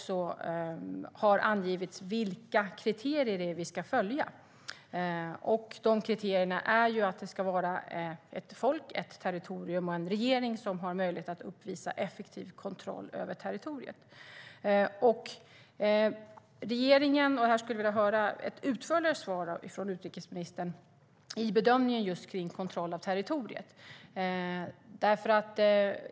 Där har det angetts vilka kriterier som vi ska följa. Dessa kriterier är att det ska vara ett folk, ett territorium och en regering som har möjlighet att uppvisa effektiv kontroll över territoriet. Jag skulle vilja höra ett utförligare svar från utrikesministern när det gäller bedömningen av kontroll över territoriet.